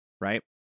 Right